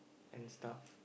and stuff